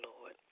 Lord